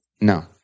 No